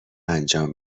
انجام